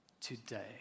Today